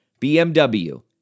BMW